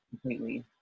completely